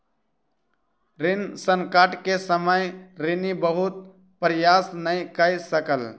ऋण संकट के समय ऋणी बहुत प्रयास नै कय सकल